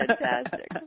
Fantastic